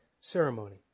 ceremony